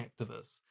activists